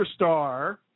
superstar